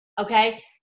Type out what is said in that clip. okay